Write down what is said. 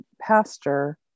pastor